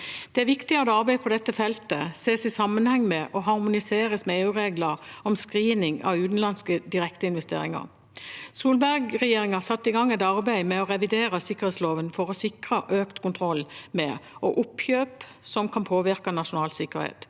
er viktig at arbeidet på dette feltet ses i sammenheng med og harmoniseres med EU- regler om screening av utenlandske direkteinvesteringer. Solberg-regjeringen satte i gang et arbeid med å revidere sikkerhetsloven for å sikre økt kontroll med oppkjøp som kan påvirke nasjonal sikkerhet.